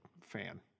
fan